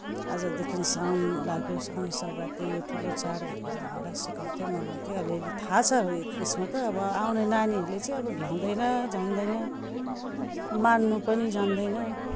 आजदेखि साउन लाग्यो साउने संक्रान्ति यो ठुलो चाड भनेर हामीलाई सिकाउँथे मनाउँथे अलि अलि थाह छ यसमा त अब आउने नानीहरूले चाहिँ अब भ्याउँदैन जान्दैन मान्नु पनि जान्दैन